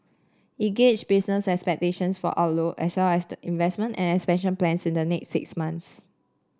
it gauge business expectations for outlook as well as the investment and expansion plans in the next six months